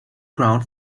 ground